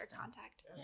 contact